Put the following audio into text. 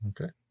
Okay